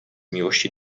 miłości